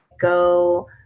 go